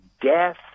Death